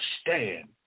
stand